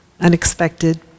unexpected